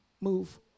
move